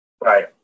Right